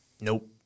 Nope